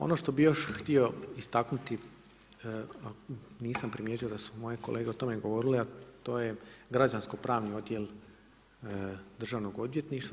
Ono što bih još htio istaknuti, nisam primijetio da su moje kolege o tome govorile, a to je građansko pravni odjel Državnog odvjetništva.